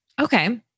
Okay